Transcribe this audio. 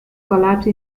collapse